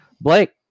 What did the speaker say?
Blake